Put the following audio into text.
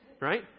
right